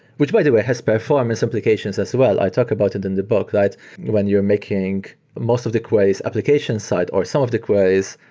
which by the way, has performance implications as well. i talk about it in the book. sed like and one you're making most of the queries application side, or some of the queries,